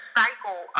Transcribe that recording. cycle